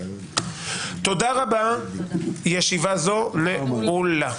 תודה רבה, הישיבה נעולה.